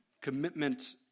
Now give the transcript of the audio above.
commitment